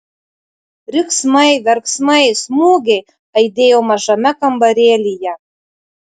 riksmai verksmai smūgiai aidėjo mažame kambarėlyje